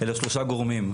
יש לה שלושה גורמים.